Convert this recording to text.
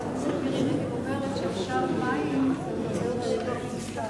חברת הכנסת מירי רגב אומרת שעכשיו מים זה עוד הרבה יותר יקר מבשר,